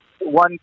one